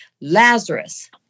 Lazarus